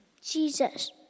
Jesus